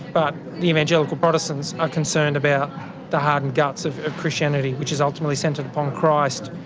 but the evangelical protestants are concerned about the heart and guts of christianity which is ultimately centred upon christ.